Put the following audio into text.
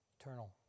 eternal